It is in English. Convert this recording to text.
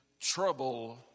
trouble